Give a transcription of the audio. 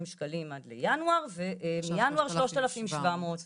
שקלים עד לינואר ומינואר שלושת אלפים שבע מאות ומשהו.